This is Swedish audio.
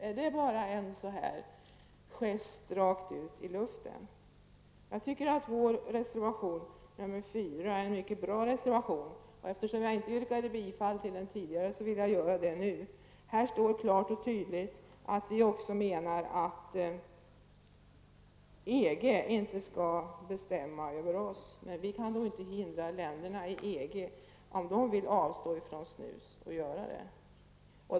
Är det bara en gest rakt ut i luften? Vår reservation nr 4 är en mycket bra reservation. Eftersom jag tidigare inte yrkade bifall till den gör jag det nu. Här står klart och tydligt att folkpartiet liberalerna menar att EG inte skall bestämma över oss. Men vi kan inte hindra länderna inom EG att avstå från snus om de vill göra det.